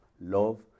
love